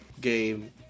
game